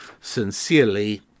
Sincerely